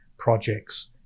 projects